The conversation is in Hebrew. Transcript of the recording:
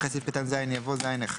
אחרי סעיף קטן (ז) יבוא: "(ז1)